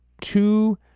two